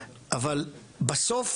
אבל בסוף